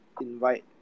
invite